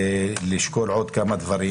ולשקול עוד כמה דברים.